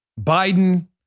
Biden